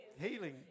healing